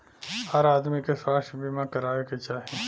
हर आदमी के स्वास्थ्य बीमा कराये के चाही